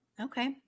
Okay